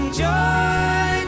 joy